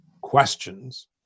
questions